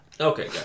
Okay